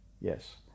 yes